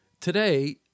today